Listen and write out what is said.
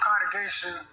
congregation